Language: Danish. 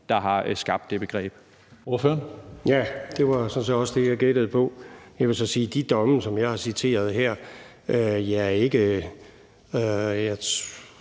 der har skabt det begreb.